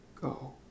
go